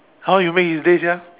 how you make his day sia